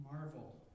marvel